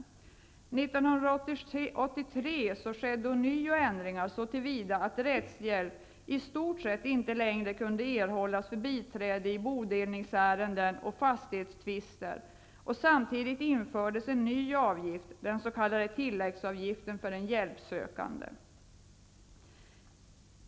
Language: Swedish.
1983 skedde ånyo ändringar så till vida att rättshjälp i stort sett inte längre kunde erhållas för biträde i bodelningsärenden och fastighetstvister. Samtidigt infördes en ny avgift, den s.k. tilläggsavgiften, för den hjälpsökande.